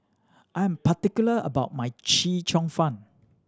I'm particular about my Chee Cheong Fun